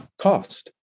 cost